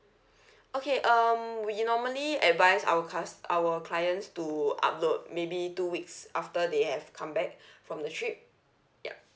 okay um we normally advise our cus~ our clients to upload maybe two weeks after they have come back from the trip yup